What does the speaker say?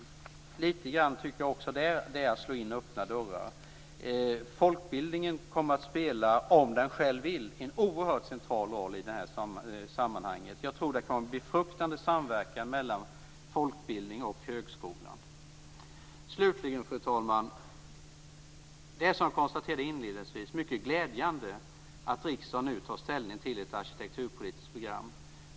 Jag tycker att det också där litet grand är fråga om att slå in öppna dörrar. Folkbildningen kommer, om dess företrädare själva vill det, att spela en oerhört central roll i det här sammanhanget. Jag tror att det kommer att bli en befruktande samverkan mellan folkbildning och högskola. Slutligen, fru talman, är det, som jag konstaterade inledningsvis, mycket glädjande att riksdagen nu tar ställning till ett arkitekturpolitiskt program.